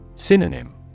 Synonym